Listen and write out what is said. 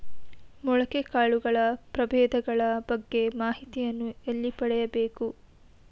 ಮೊಳಕೆ ಕಾಳುಗಳ ಪ್ರಭೇದಗಳ ಬಗ್ಗೆ ಮಾಹಿತಿಯನ್ನು ಎಲ್ಲಿ ಪಡೆಯಬೇಕು?